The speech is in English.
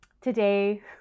today